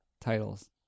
titles